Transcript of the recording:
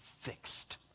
fixed